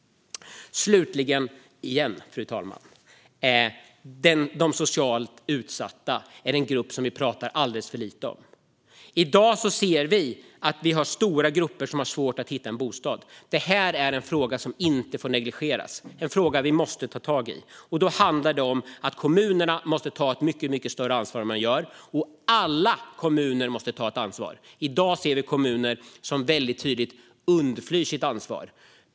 Fru talman! De socialt utsatta är en grupp som vi pratar alldeles för lite om. I dag ser vi stora grupper som har svårt att hitta en bostad. Det är en fråga som inte får negligeras; det är en fråga som vi måste ta tag i. Då handlar det om att kommunerna måste ta ett mycket större ansvar än vad de gör, och alla kommuner måste ta ett ansvar. I dag ser vi kommuner som tydligt undflyr sitt ansvar.